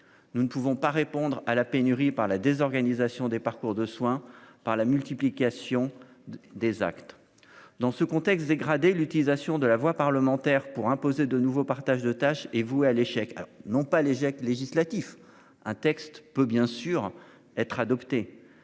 Nous ne pouvons pas répondre à la pénurie par la désorganisation des parcours de soins par la multiplication des actes. Dans ce contexte dégradé l'utilisation de la voie parlementaire pour imposer de nouveau partage de tâches et voué à l'échec. Alors non pas l'échec législatif un texte peut bien sûr être adopté